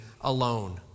alone